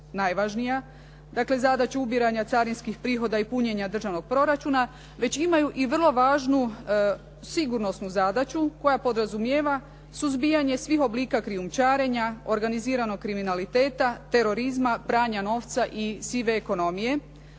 najvažnije, dakle zadaću ubiranja carinskih prihoda i punjenja državnog proračuna, već imaju i vrlo važnu sigurnosnu zadaću koja podrazumijeva suzbijanje svih oblika krijumčarenja, organiziranog kriminaliteta, terorizma, pranja novca i sive ekonomije.